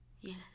Yes